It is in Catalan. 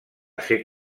ser